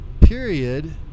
period